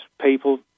people